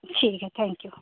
ठीक है thank you